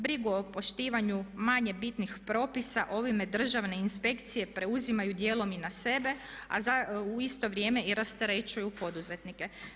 Brigu o poštivanju manje bitnih propisa ovime državne inspekcije preuzimaju dijelom i na sebe, a u isto vrijeme i rasterećuju poduzetnike.